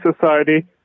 society